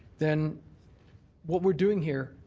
then what we're doing here,